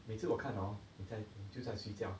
每次我看 hor 你在就在睡觉